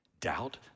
Doubt